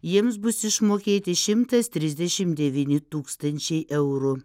jiems bus išmokėti šimtas trisdešim devyni tūkstančiai eurų